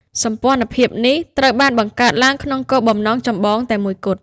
សម្ព័ន្ធភាពនេះត្រូវបានបង្កើតឡើងក្នុងគោលបំណងចម្បងតែមួយគត់។